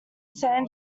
san